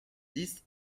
dix